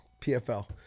PFL